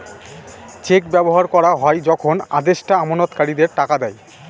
check ব্যবহার করা হয় যখন আদেষ্টা আমানতকারীদের টাকা দেয়